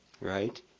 Right